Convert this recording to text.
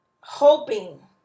hoping